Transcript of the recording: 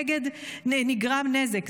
נגרם נזק,